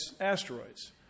asteroids